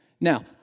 Now